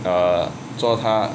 err 做他